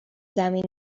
زمین